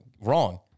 wrong